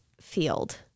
field